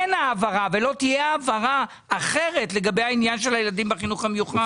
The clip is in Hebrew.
אין העברה ולא תהיה העברה אחרת לגבי העניין של הילדים בחינוך המיוחד.